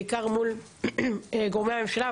בעיקר מול גורמי הממשלה,